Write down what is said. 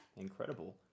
incredible